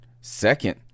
second